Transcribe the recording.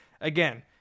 Again